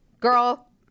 Girl